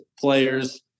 players